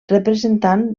representant